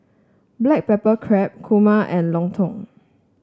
Black Pepper Crab kurma and lontong